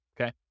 okay